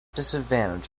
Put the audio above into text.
disadvantage